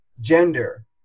gender